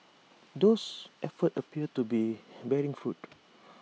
those efforts appear to be bearing fruit